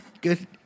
Good